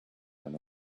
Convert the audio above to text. earn